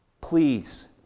Please